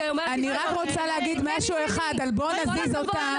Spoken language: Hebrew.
אני חייבת להתייחס לאמירה לגבי הזזת הבנות.